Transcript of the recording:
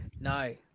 no